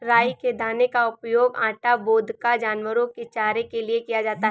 राई के दाने का उपयोग आटा, वोदका, जानवरों के चारे के लिए किया जाता है